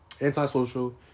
antisocial